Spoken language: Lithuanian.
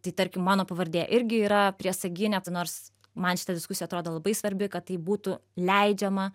tai tarkim mano pavardė irgi yra priesaginė tai nors man šita diskusija atrodo labai svarbi kad tai būtų leidžiama